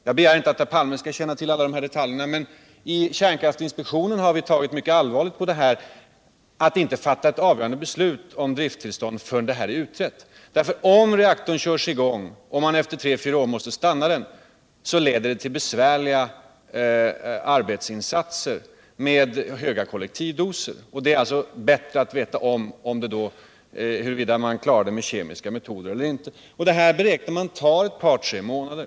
Jag begär inte att herr Palme skall känna till alla dessa detaljer, men i kärnkraftinspektionen har vi tagit mycket allvarligt på principen att inte fatta ett avgörande beslut om drifttillstånd förrän denna fråga är utredd. Om reaktorn körs i gång och man efter tre fyra år måste stanna den, leder det till besvärliga arbetsinsatser med höga kollektivdoser. Det är bättre att veta om man kan klara rostproblemen med kemiska metoder eller inte. Det här samrådet beräknas ta tre fyra månader.